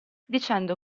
dicendo